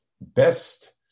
best